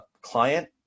client